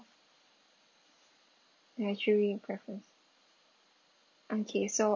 dietary preference okay so